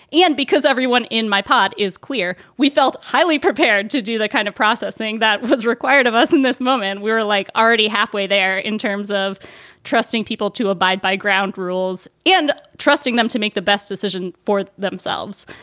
and because everyone in my pod is queer. we felt highly prepared to do that kind of processing that was required of us in this moment. we were like already halfway there in terms of trusting people to abide by ground rules and trusting them to make the best decision for themselves.